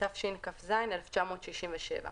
התשכ"ז-1967.